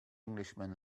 englishman